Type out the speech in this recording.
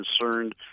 concerned